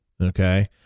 Okay